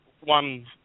one